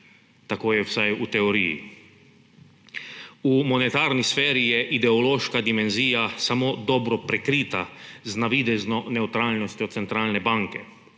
Tako je vsak v teoriji. V monetarni sferi je ideološka dimenzija samo dobro prekrita z navidezno nevtralnostjo centralne banke,